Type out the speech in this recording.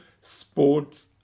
sports